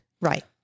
Right